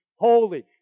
Holy